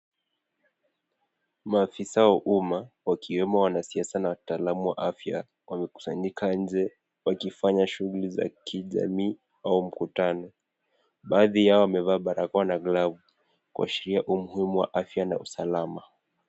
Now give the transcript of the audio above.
Maafisa wa umma wakiwemo wanasiasa na wataalamu wa afya wamekusanyika nje wakifanya shughuli za kijamii au mkutano. Baadhi yao wamevaa barakoa na glavu kuashiria umuhimu wa afya na usalama.